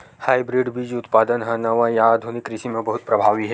hybrid बीज उत्पादन हा नवा या आधुनिक कृषि मा बहुत प्रभावी हे